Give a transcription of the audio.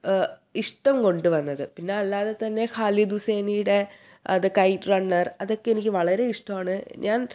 ഇഷ്ടം കൊണ്ട് വന്നത് പിന്നെ അല്ലാതെ തന്നെ ഹാലിദുസീനീടെ ദ കൈറ്റ് റണ്ണർ അതൊക്കെ എനിക്ക് വളരെ ഇഷ്ടമാണ് ഞാൻ